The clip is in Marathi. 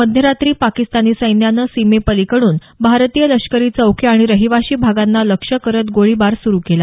मध्यरात्री पाकिस्तानी सैन्यानं सीमेपलिकडून भारतीय लष्करी चौक्या आणि रहीवाशी भागांना लक्ष्य करत गोळीबार सुरु केला